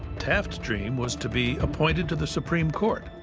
taft's dream was to be appointed to the supreme court.